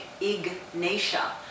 ignatia